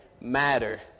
matter